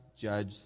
judge